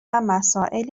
مسائل